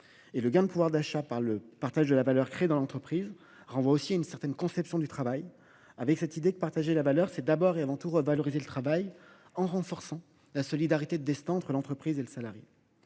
Le gain de pouvoir d’achat par le partage de la valeur créée dans l’entreprise renvoie aussi à une certaine conception du travail, selon laquelle partager la valeur, c’est d’abord et avant tout revaloriser le travail en renforçant la solidarité de destin entre l’entreprise et le salarié.